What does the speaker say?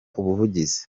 ubuvugizi